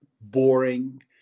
boring